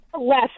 less